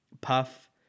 Puff